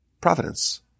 providence